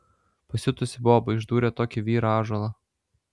pasiutusi boba išdūrė tokį vyrą ąžuolą